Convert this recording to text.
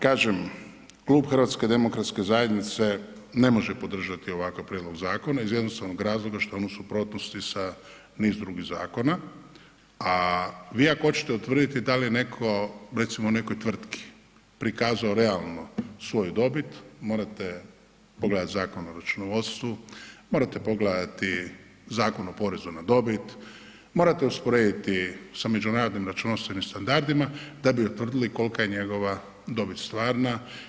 Kažem, Klub HDZ-a ne može podržati ovakav prijedlog zakona iz jednostavnog razloga što je on u suprotnosti sa niz drugih zakona, a vi ako hoćete utvrditi da li je netko, recimo u nekoj tvrtki prikazao realno svoju dobit, morate pogledati Zakon o računovodstvu, morate pogledati Zakon o porezu na dobit, morate usporediti sa međunarodnim računovodstvenim standardima, da bi utvrdili kolika je njegova dobit stvarna.